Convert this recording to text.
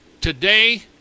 Today